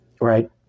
right